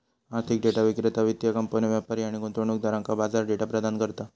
आर्थिक डेटा विक्रेता वित्तीय कंपन्यो, व्यापारी आणि गुंतवणूकदारांका बाजार डेटा प्रदान करता